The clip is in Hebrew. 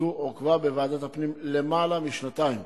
זו עוכבה בוועדת הפנים למעלה משנתיים,